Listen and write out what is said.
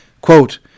Quote